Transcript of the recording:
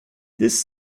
this